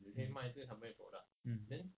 mm mm